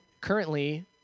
currently